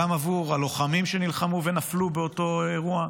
גם עבור הלוחמים שנלחמו ונפלו באותו אירוע,